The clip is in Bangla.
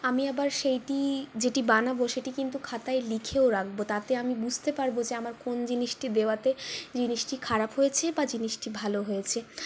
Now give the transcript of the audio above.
আমি আবার সেইটি যেটি বানাব সেটি কিন্তু খাতায় লিখেও রাখব তাতে আমি বুঝতে পারব যে আমার কোন জিনিসটি দেওয়াতে জিনিসটি খারাপ হয়েছে বা জিনিসটি ভালো হয়েছে